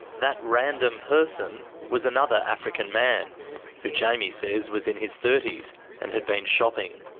that random person was another african man who jamy says was in his thirties and had been shopping.